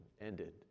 ended